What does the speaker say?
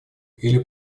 или